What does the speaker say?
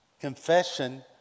Confession